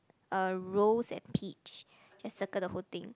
uh rose and peach just circle the whole thing